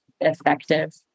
effective